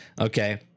Okay